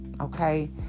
Okay